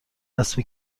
حسب